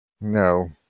No